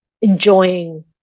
enjoying